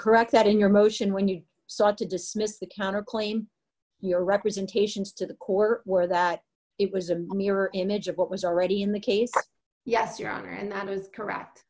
correct that in your motion when you sought to dismiss the counter claim your representations to the court were that it was a mirror image of what was already in the case yes your honor and that was correct